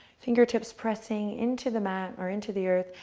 fingertips, pressing into the mat or into the earth.